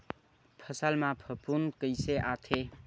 फसल मा फफूंद कइसे आथे?